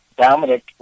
Dominic